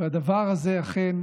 והדבר הזה אכן,